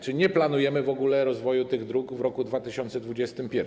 Czy nie planujemy w ogóle rozwoju tych dróg w roku 2021?